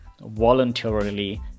voluntarily